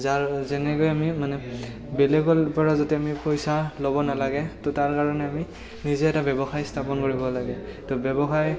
যাৰ যেনেকৈ আমি মানে বেলেগৰ পৰা যাতে আমি পইচা ল'ব নালাগে তো তাৰ কাৰণে আমি নিজে এটা ব্যৱসায় স্থাপন কৰিব লাগে ব্যৱসায়